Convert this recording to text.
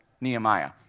Nehemiah